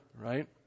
right